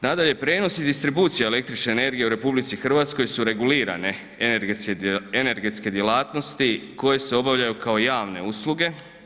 Nadalje, prijenos i distribucija električne energije u RH su regulirane energetske djelatnosti koje se obavljaju kao javne usluge.